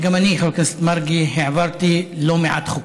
וגם אני, חבר הכנסת מרגי, העברתי לא מעט חוקים.